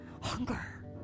Hunger